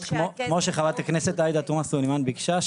כמו שחברת הכנסת עאידה תומא סלימאן ביקשה.